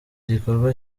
gikorwa